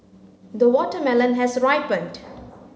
the watermelon has ripened